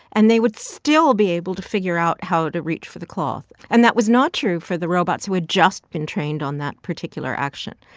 and they would still be able to figure out how to reach for the cloth. and that was not true for the robots who had just been trained on that particular action.